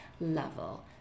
level